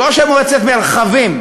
ראש מועצת מרחבים,